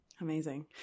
Amazing